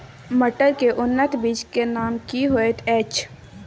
मटर के उन्नत बीज के नाम की होयत ऐछ?